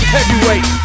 Heavyweight